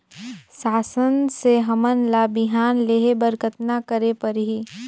शासन से हमन ला बिहान लेहे बर कतना करे परही?